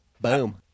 Boom